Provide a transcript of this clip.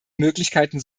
möglichkeiten